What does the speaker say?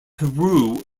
peru